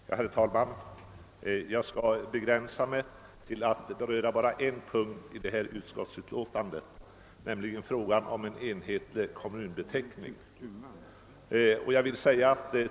Herr talman! Jag skall begränsa mig till att beröra bara en punkt i detta utskottsutlåtande, nämligen frågan om en enhetlig kommunbeteckning.